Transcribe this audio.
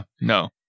No